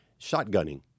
shotgunning